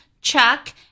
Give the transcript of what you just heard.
Chuck